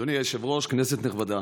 אדוני היושב-ראש, כנסת נכבדה,